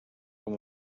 com